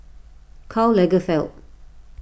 Karl Lagerfeld